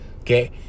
okay